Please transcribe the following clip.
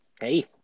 Hey